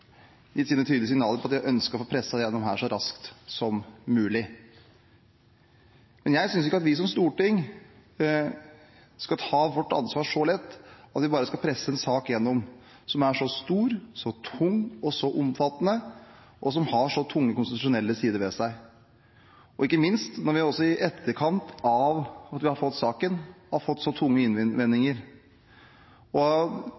gitt sine tydelige signaler om, at de ønsker å få presset igjennom dette så raskt som mulig. Men jeg synes ikke at vi som storting skal ta vårt ansvar så lett at vi bare skal presse en sak igjennom som er så stor, så tung og så omfattende, og som har så tunge konstitusjonelle sider ved seg, ikke minst når vi også i etterkant av at vi har fått saken, har fått så tunge